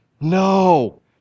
no